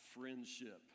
friendship